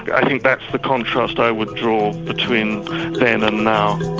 i think that's the contrast i would draw between then and now.